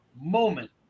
moment